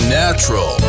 natural